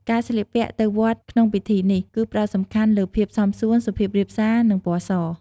ការស្លៀកពាក់ទៅវត្តក្នុងពិធីនេះ គឺផ្តោតសំខាន់លើភាពសមសួន សុភាពរាបសារ និងពណ៌ស។